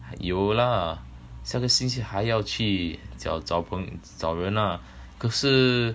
有 lah 下个星期还要去找找朋友找人 ah 可是